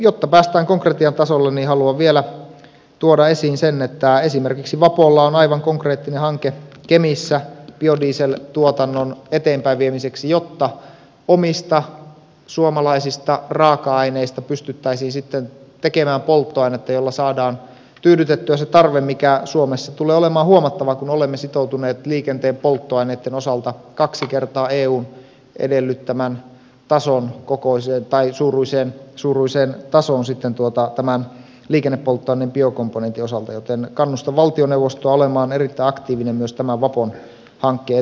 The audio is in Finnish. jotta päästään konkretian tasolle niin haluan vielä tuoda esiin sen että esimerkiksi vapolla on aivan konkreettinen hanke kemissä biodieseltuotannon eteenpäinviemiseksi jotta omista suomalaisista raaka aineista pystyttäisiin sitten tekemään polttoainetta jolla saadaan tyydytettyä se tarve mikä suomessa tulee olemaan huomattava kun olemme sitoutuneet liikenteen polttoaineitten osalta kaksi kertaa eun edellyttämän tason suuruiseen tasoon tämän liikennepolttoaineen biokomponentin osalta joten kannustan valtioneuvostoa olemaan erittäin aktiivinen myös tämän vapon hankkeen eteenpäinviemiseksi